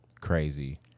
Crazy